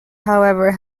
however